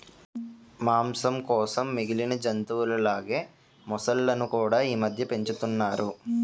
మాంసం కోసం మిగిలిన జంతువుల లాగే మొసళ్ళును కూడా ఈమధ్య పెంచుతున్నారు